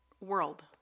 world